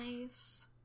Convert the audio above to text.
nice